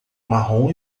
marrom